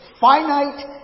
Finite